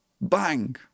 bang